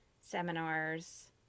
seminars